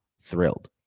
thrilled